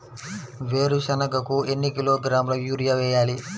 వేరుశనగకు ఎన్ని కిలోగ్రాముల యూరియా వేయాలి?